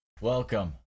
Welcome